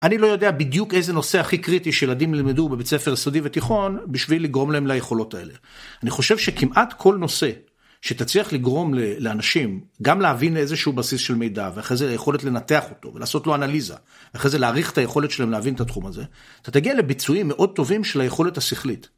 אני לא יודע בדיוק איזה נושא הכי קריטי שילדים ילמדו בבית ספר יסודי ותיכון, בשביל לגרום להם ליכולות האלה. אני חושב שכמעט כל נושא, שתצליח לגרום לאנשים, גם להבין איזשהו בסיס של מידע, ואחרי זה היכולת לנתח אותו ולעשות לו אנליזה, אחרי זה להעריך את היכולת שלהם להבין את התחום הזה, אתה תגיע לביצועים מאוד טובים של היכולת השכלית.